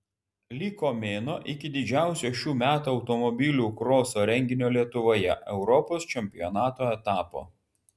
liko mėnuo iki didžiausio šių metų automobilių kroso renginio lietuvoje europos čempionato etapo